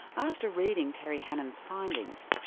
after reading terry hannon's findings,